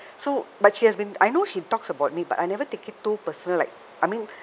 so but she has been I know she talks about me but I never take it too personal like I mean